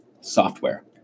software